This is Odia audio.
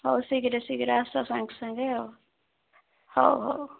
ହଉ ଶୀଘ୍ର ଶୀଘ୍ର ଆସ ସାଙ୍ଗେ ସାଙ୍ଗେ ଆଉ ହଉ ହଉ